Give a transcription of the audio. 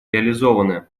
реализованы